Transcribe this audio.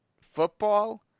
football